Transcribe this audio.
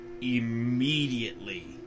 immediately